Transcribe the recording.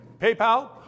PayPal